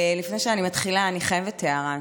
לפני שאני מתחילה אני חייבת הערה.